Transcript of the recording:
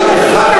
זהבה,